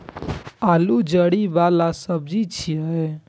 आलू जड़ि बला सब्जी छियै